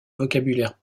vocabulaire